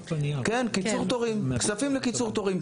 כן, קיצור תורים, כספים לקיצור תורים.